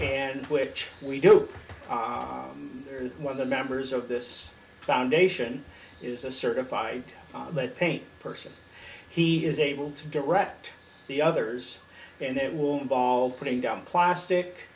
and which we do and one of the members of this foundation is a certified lead paint person he is able to direct the others and that will involve putting down plastic